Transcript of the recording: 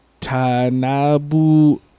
Tanabu